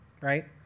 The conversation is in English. right